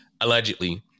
allegedly